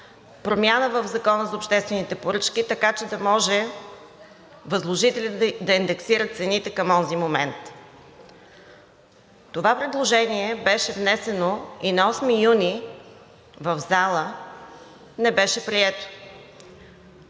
промяна в Закона за обществените поръчки, така че да може възложителите да индексират цените към онзи момент. Това предложение беше внесено и на 8 юни в зала не беше прието.